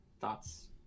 thoughts